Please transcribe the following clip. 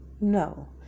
No